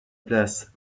place